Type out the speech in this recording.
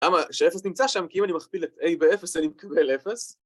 למה? שאפס נמצא שם? כי אם אני מכפיל את A באפס אני מקבל אפס